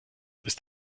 ist